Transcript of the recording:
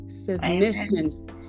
Submission